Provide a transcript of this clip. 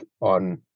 on